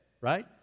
right